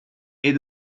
est